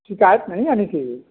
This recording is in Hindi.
शिकायत नहीं आनी चाहिए